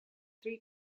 three